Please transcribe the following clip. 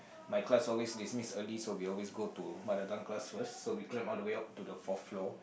my class always dismiss early so we always go to mother tongue class first so we climb all the way up to the fourth floor